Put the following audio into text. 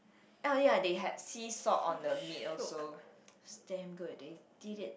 oh ya they had sea salt on the meat also it was damn good they did it